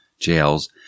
jails